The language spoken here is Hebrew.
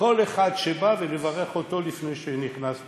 כל אחד שבא ולברך אותו לפני שהוא נכנס להתפלל.